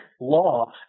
law